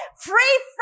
free